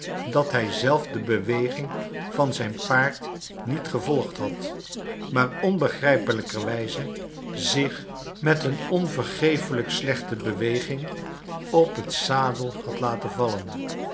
dat hij zelf de beweging van zijn paard niet gevolgd had maar onbegrijpelijker wijze zich met een onvergefelijk slechte beweging op den zadel had laten vallen